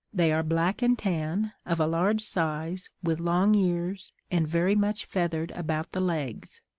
they are black and tan, of a large size, with long ears, and very much feathered about the legs.